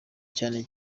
cyane